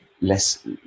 less